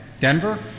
Denver